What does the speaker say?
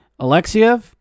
Alexiev